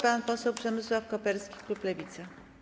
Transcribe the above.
Pan poseł Przemysław Koperski, klub Lewica.